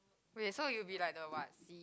wait so you'll be like the what C_E_O